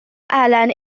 elen